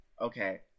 okay